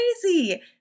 crazy